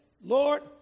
Lord